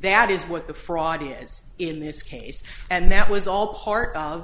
that is what the fraud he is in this case and that was all part of